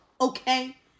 Okay